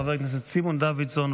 חבר הכנסת סימון דוידסון,